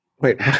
wait